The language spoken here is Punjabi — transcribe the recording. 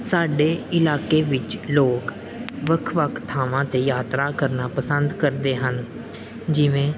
ਸਾਡੇ ਇਲਾਕੇ ਵਿੱਚ ਲੋਕ ਵੱਖ ਵੱਖ ਥਾਵਾਂ 'ਤੇ ਯਾਤਰਾ ਕਰਨਾ ਪਸੰਦ ਕਰਦੇ ਹਨ ਜਿਵੇਂ